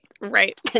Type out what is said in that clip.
right